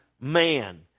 man